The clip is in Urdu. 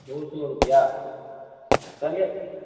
دو سو روپیہ چلیے